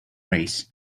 race